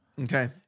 Okay